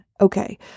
Okay